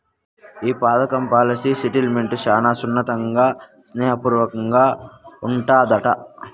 ఈ పదకం policy settlement శానా సున్నితంగా, స్నేహ పూర్వకంగా ఉండాదట